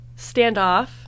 standoff